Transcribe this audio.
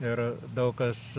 ir daug kas